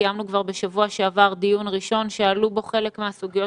קיימנו כבר בשבוע שעבר דיון ראשון שעלו בו חלק מהסוגיות